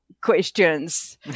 questions